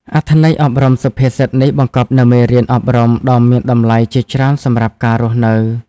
អត្ថន័យអប់រំសុភាសិតនេះបង្កប់នូវមេរៀនអប់រំដ៏មានតម្លៃជាច្រើនសម្រាប់ការរស់នៅ